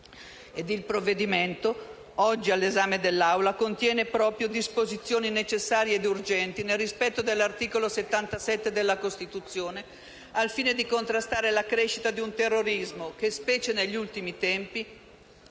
E il provvedimento oggi all'esame dell'Aula contiene proprio disposizioni necessarie ed urgenti, nel rispetto dell'articolo 77 della Costituzione, al fine di contrastare la crescita di un terrorismo che, specie negli ultimi tempi,